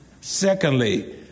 Secondly